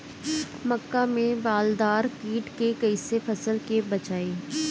मक्का में बालदार कीट से कईसे फसल के बचाई?